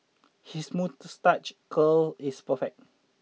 his moustache curl is perfect